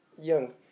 young